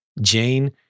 Jane